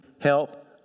help